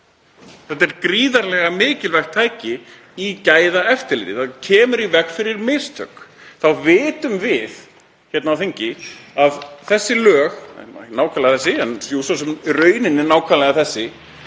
Þetta er gríðarlega mikilvægt tæki í gæðaeftirliti. Það kemur í veg fyrir mistök. Þá vitum við hérna á þingi að þessi lög — ekki nákvæmlega þessi en jú, svo sem í rauninni nákvæmlega þessi,